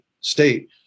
state